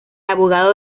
abogado